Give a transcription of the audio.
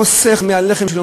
חוסך מהלחם שלו,